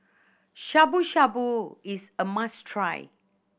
Shabu Shabu is a must try